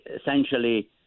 essentially